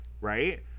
right